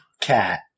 cat